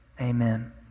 amen